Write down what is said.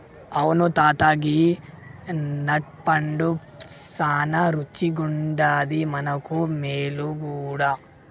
అవును తాత గీ నట్ పండు సానా రుచిగుండాది మనకు మేలు గూడా